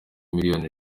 miliyoni